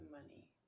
money